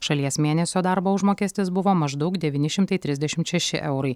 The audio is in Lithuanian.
šalies mėnesio darbo užmokestis buvo maždaug devyni šimtai trisdešimt šeši eurai